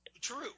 True